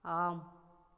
ஆம்